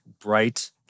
bright